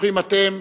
ברוכים אתם,